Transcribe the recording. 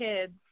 kids